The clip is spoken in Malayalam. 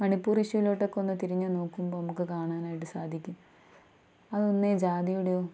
മണിപ്പൂർ ഇഷ്യൂവിലോട്ടൊക്കെ ഒന്ന് തിരിഞ്ഞു നോക്കുമ്പോള് നമുക്ക് കാണാനായിട്ട് സാധിക്കും അത് പിന്നെ ജാതിയുടെയോ